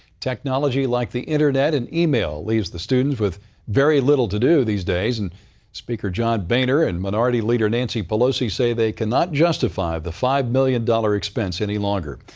technology like the internet and e-mail leaves the students with very little to do these days, and speaker john boehner and minority leader nancy pelosi say they cannot justify the five million dollars expense any longer.